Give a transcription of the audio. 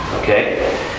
Okay